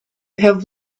have